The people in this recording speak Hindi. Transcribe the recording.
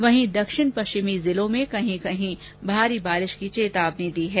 वहीं दक्षिण पश्चिमी जिलों में कहीं कहीं भारी बारिश की चेतावनी दी है